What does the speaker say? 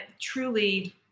truly